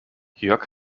jörg